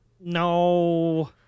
No